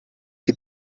que